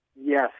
Yes